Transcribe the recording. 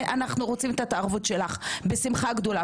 ואנחנו רוצים את ההתערבות שלך בשמחה גדולה.